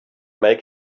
make